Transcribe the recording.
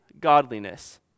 godliness